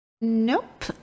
Nope